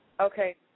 Okay